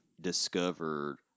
discovered